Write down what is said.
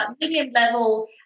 medium-level